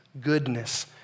goodness